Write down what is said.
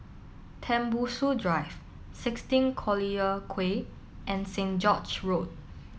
Tembusu Drive sixteen Collyer Quay and Saint George's Road